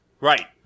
Right